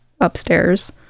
upstairs